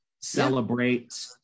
celebrate